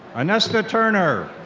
annesta turner.